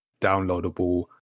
downloadable